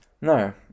no